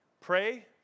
Pray